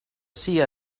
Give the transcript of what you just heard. see